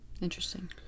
interesting